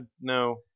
No